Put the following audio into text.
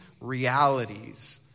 realities